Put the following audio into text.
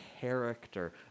character